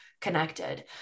connected